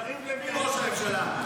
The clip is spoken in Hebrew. יריב לוין ראש הממשלה.